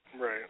Right